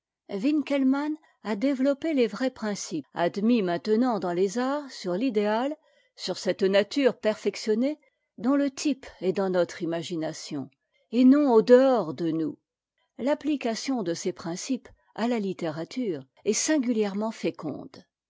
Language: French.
winckelmann a développé les vrais principes admis maintenant dans les arts sur l'idéal sur cette nature perfectionnée dont le type est dans notre imagination et non au dehors de nous l'application de ces principes à la littérature est singulièrement féconde